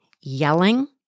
yelling